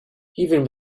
even